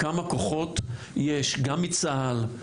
כמה כוחות יש גם מצה"ל,